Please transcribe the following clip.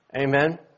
Amen